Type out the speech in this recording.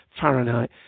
Fahrenheit